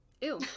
Ew